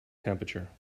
temperature